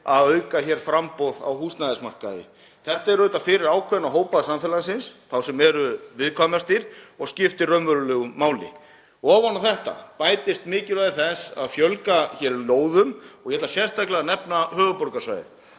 að auka framboð á húsnæðismarkaði. Þetta er auðvitað fyrir ákveðna hópa samfélagsins, þá sem eru viðkvæmastir, og skiptir raunverulegu máli. Ofan á þetta bætist mikilvægi þess að fjölga lóðum og ég ætla sérstaklega að nefna höfuðborgarsvæðið.